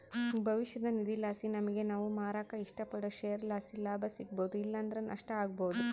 ಭವಿಷ್ಯದ ನಿಧಿಲಾಸಿ ನಮಿಗೆ ನಾವು ಮಾರಾಕ ಇಷ್ಟಪಡೋ ಷೇರುಲಾಸಿ ಲಾಭ ಸಿಗ್ಬೋದು ಇಲ್ಲಂದ್ರ ನಷ್ಟ ಆಬೋದು